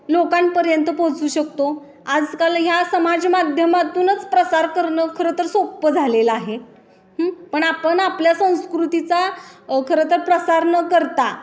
लोकांपर्यंत पोहोचू शकतो आजकाल ह्या समाजमाध्यमातूनच प्रसार करणं खरं तर सोपं झालेलं आहे पण आपण आपल्या संस्कृतीचा खरं तर प्रसार न करता